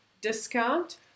discount